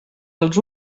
els